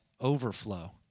overflow